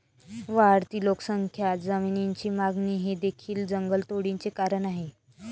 वाढती लोकसंख्या, जमिनीची मागणी हे देखील जंगलतोडीचे कारण आहे